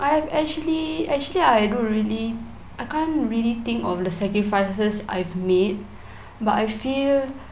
I have actually actually I don't really I can't really think of the sacrifices I've made but I feel